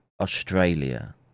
Australia